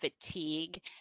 fatigue